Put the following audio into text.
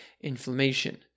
inflammation